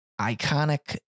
iconic